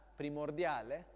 primordiale